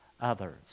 others